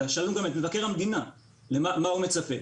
אלא שאלנו גם את מבקר המדינה מה הוא מצפה,